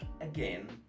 again